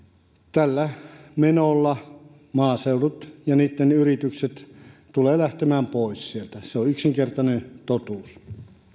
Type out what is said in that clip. tällä menolla maaseudut ja niitten yritykset tulevat lähtemään pois sieltä se on yksinkertainen totuus